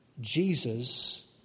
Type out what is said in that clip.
Jesus